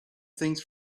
things